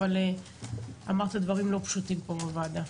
אבל אמרת דברים לא פשוטים פה בוועדה.